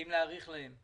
האם להאריך להם?